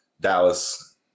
Dallas